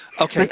Okay